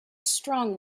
strong